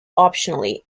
optionally